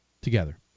together